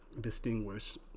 distinguish